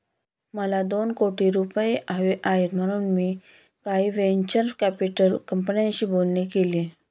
मला दोन कोटी रुपये हवे आहेत म्हणून मी काही व्हेंचर कॅपिटल कंपन्यांशी बोलणी केली